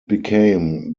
became